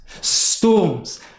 Storms